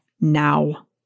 now